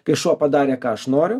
kai šuo padarė ką aš noriu